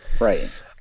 Right